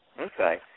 Okay